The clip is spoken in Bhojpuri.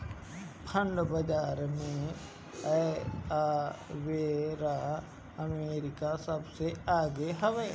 बांड बाजार में एबेरा अमेरिका सबसे आगे हवे